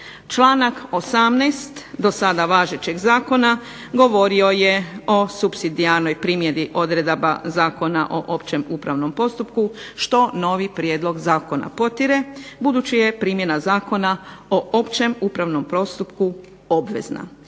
Članak 18. do sada važećeg zakona govorio je o supsidijarnoj primjeni odredaba Zakona o općem upravnom postupku što nosi Prijedlog zakona potire budući je primjena Zakona o općem upravnom postupku obvezna,